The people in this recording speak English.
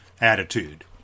attitude